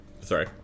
Sorry